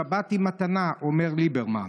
שבת היא מתנה, אומר ליברמן.